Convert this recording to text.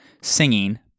singing